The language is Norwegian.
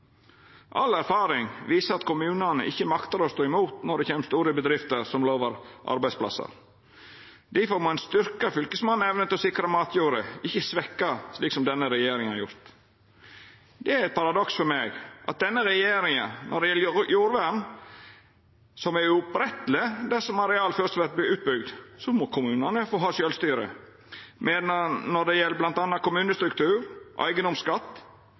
All erfaring viser at kommunane ikkje maktar å stå imot når det kjem store bedrifter som lovar arbeidsplassar. Difor må ein styrkja evna som Fylkesmannen har til å sikra matjorda, ikkje svekkja ho, slik som denne regjeringa har gjort. Det er eit paradoks for meg at når det gjeld jordvern, som er uoppretteleg dersom areal først vert utbygd, meiner denne regjeringa at kommunane må få ha sjølvstyre, mens når det gjeld bl.a. kommunestruktur, eigedomsskatt